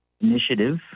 initiative